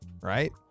right